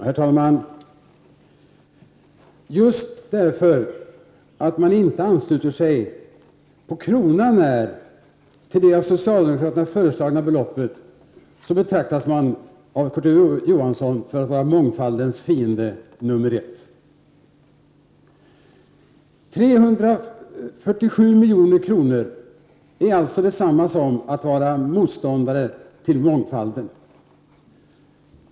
Herr talman! Just därför att man inte ansluter sig på kronan när till det av socialdemokraterna föreslagna beloppet så betraktas man av Kurt Ove Johansson som mångfaldens fiende nr 1. Att man vill besluta om 347 milj.kr. är således detsamma som att man är motståndare till mångfalden.